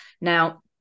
Now